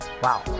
Wow